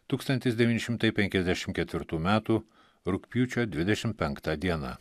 tūkstantis devyni šimtai penkiasdešim ketvirtų metų rugpjūčio dvidešim penkta diena